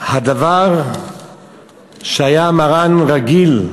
מרן היה רגיל,